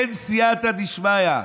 אין סייעתא דשמיא.